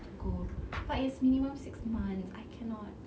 to go but it's minimum six months I cannot